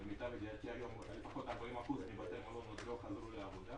למיטב ידיעתי לפחות 40% מבתי המלון עוד לא חזרו לעבודה